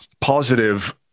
positive